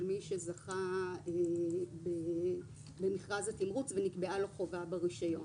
מי שזכה במכרז התמרוץ ונקבעה לו חובה ברישיון.